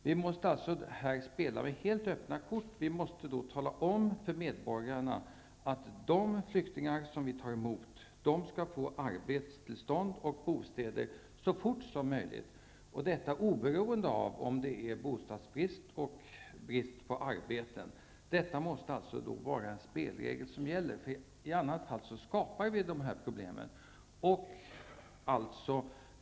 Här måste vi spela med helt öppna kort och tala om för medborgarna att de flyktingar som vi tar emot skall få arbetstillstånd och bostäder så snart som möjligt, oberoende av om det är bostadsbrist och brist på arbeten. Detta måste vara en spelregel. I annat fall skapar vi de här problemen.